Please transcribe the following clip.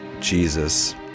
Jesus